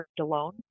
alone